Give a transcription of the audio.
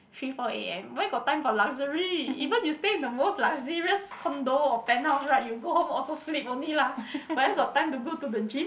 three four A_M where got time for luxury even if you stay at the most luxurious condo or penthouse right you go home also sleep only lah where got time to go to the gym